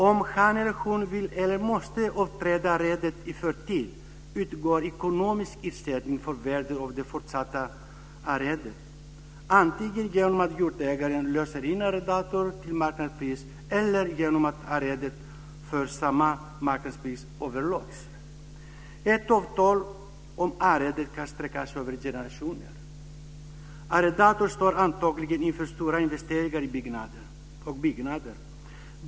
Om han eller hon vill eller måste avträda arrendet i förtid utgår ekonomisk ersättning för värdet av det fortsatta arrendet, antingen genom att jordägaren löser in arrendatorn till marknadspris eller genom att arrendet överlåts till samma marknadspris. Ett avtal om arrende kan sträcka sig över generationer. Arrendatorn står antagligen inför stora investeringar i byggnader.